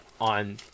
on